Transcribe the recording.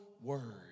word